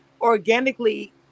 organically